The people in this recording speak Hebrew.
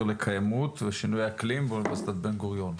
לקיימות ושינויי אקלים באוניברסיטת בן גוריון.